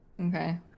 Okay